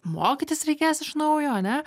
mokytis reikės iš naujo ane